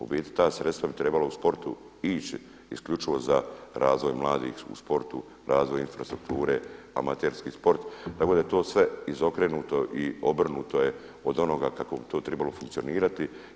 U biti ta sredstva bi trebala u sportu ići isključivo za razvoj mladih u sportu, razvoj infrastrukture, amaterski sport tako da je to sve izokrenuto i obrnuto je od onoga kako bi to trebalo funkcionirati.